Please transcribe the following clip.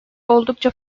oldukça